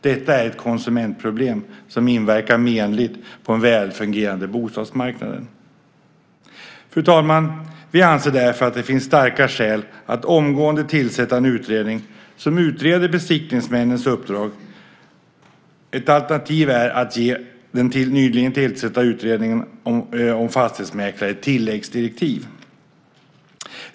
Detta är ett konsumentproblem som inverkar menligt på den välfungerande bostadsmarknaden. Fru talman! Vi anser därför att det finns starka skäl att omgående tillsätta en utredning som utreder besiktningsmännens uppdrag. Ett alternativ är att ge den nyligen tillsatta utredningen om fastighetsmäklare tilläggsdirektiv.